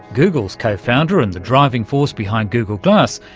google's co-founder and the driving force behind google glass,